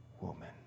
woman